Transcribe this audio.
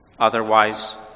Otherwise